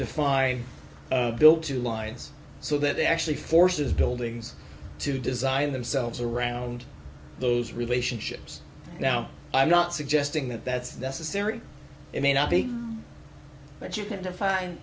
define built two lines so that it actually forces buildings to design themselves around those relationships now i'm not suggesting that that's necessary it may not be but you